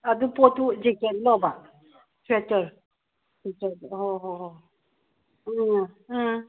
ꯑꯗꯨ ꯄꯣꯠꯇꯨ ꯖꯤꯀꯦꯠꯂꯣꯕ ꯁ꯭ꯋꯦꯇꯔ ꯑꯣꯍꯣꯍꯣꯍꯣ ꯑ ꯎꯝ